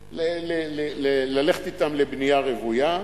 ללכת אתם לבנייה רוויה,